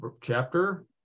chapter